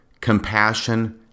Compassion